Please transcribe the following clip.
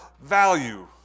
value